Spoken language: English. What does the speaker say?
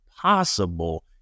possible